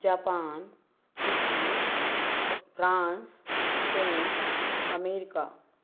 Japan Italy France Spain America